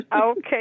Okay